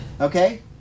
Okay